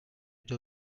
edge